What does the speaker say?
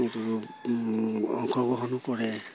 এইটো অংশগ্ৰহণো কৰে